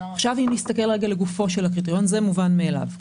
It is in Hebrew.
זה מובן מאליו.